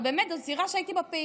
אבל באמת זו זירה שבה הייתי פעילה.